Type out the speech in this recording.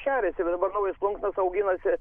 šeriasi va dabar naujas plunksnas auginasi